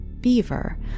beaver